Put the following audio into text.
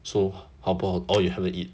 so how about oh you haven't eat